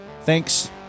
Thanks